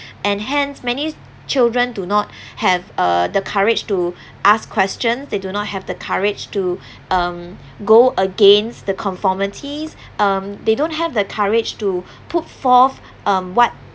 and hence many children do not have uh the courage to ask question they do not have the courage to go um against the conformities um they don't have the courage to put forth um what